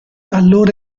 allora